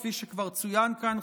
כפי שכבר צוין כאן,